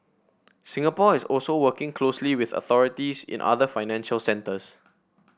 Singapore is also working closely with authorities in other financial centres